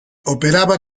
operaba